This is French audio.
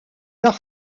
leur